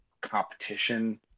competition